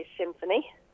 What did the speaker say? Symphony